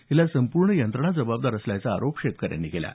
यास संपूर्ण यंत्रणा जबाबदार असल्याचा आरोप शेतकऱ्यांनी केला आहे